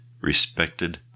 respected